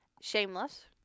Shameless